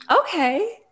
okay